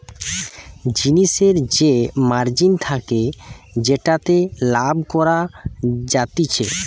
জিনিসের যে মার্জিন থাকে যেটাতে লাভ করা যাতিছে